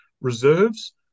reserves